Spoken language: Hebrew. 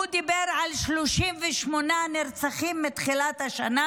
הוא דיבר על 38 נרצחים מתחילת השנה,